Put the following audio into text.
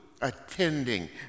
attending